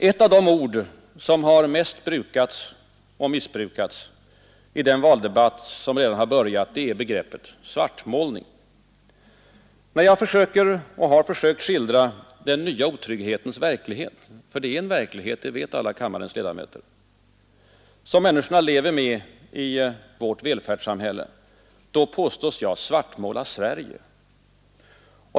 Ett av de ord som mest brukats och missbrukats i den valdebatt som redan börjat är begreppet ”svartmålning”. När jag försökte skildra ”den nya otrygghetens” verklighet att det är en verklighet vet alla kammarens ledamöter — som människorna lever med i vårt välfärdssamhälle, påstås jag ”svartmåla” Sverige.